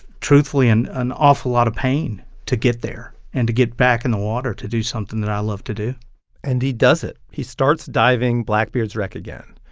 truthfully, and an awful lot of pain to get there and to get back in the water to do something that i love to do and he does it. he starts diving blackbeard's wreck again.